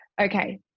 Okay